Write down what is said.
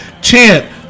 chant